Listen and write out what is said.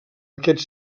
aquests